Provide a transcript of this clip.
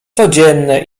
codzienne